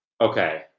Okay